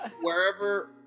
wherever